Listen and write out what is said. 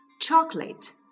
Chocolate